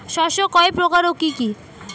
শস্য কয় প্রকার কি কি?